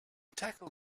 tackled